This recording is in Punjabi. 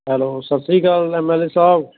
ਹੈਲੋ ਸਤਿ ਸ਼੍ਰੀ ਅਕਾਲ ਐਮ ਐਲ ਏ ਸਾਹਿਬ